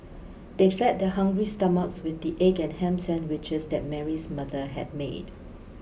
they fed their hungry stomachs with the egg and ham sandwiches that Mary's mother had made